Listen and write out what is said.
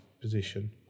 position